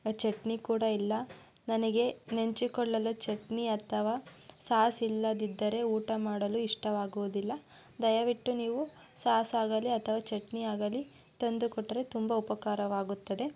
ಚಟ್ನಿ ಕೂಡ ಇಲ್ಲ ನನಗೆ ನೆಂಚಿಕೊಳ್ಳಲು ಚಟ್ನಿ ಅಥವಾ ಸಾಸ್ ಇಲ್ಲದಿದ್ದರೆ ಊಟ ಮಾಡಲು ಇಷ್ಟವಾಗುವುದಿಲ್ಲ ದಯವಿಟ್ಟು ನೀವು ಸಾಸ್ ಆಗಲಿ ಅಥವಾ ಚಟ್ನಿ ಆಗಲಿ ತಂದು ಕೊಟ್ಟರೆ ತುಂಬ ಉಪಕಾರವಾಗುತ್ತದೆ